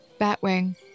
Batwing